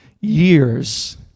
years